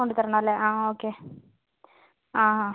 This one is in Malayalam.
കൊണ്ടുത്തരണം അല്ലേ ആ ഓക്കെ ആ